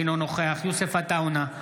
אינו נוכח יוסף עטאונה,